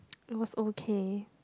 it was okay